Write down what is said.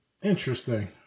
Interesting